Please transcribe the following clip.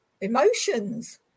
emotions